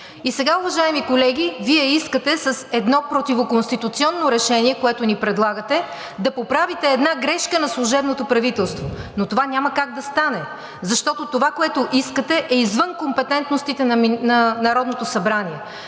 И сега, уважаеми колеги, Вие искате с едно противоконституционно решение, което ни предлагате, да поправите една грешка на служебното правителство, но това няма как да стане, защото това, което искате, е извън компетентностите на Народното събрание.